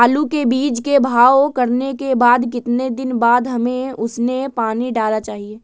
आलू के बीज के भाव करने के बाद कितने दिन बाद हमें उसने पानी डाला चाहिए?